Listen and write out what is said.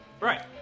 Right